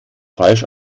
falsch